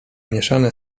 mieszane